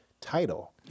title